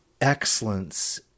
excellence